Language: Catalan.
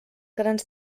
grans